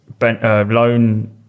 loan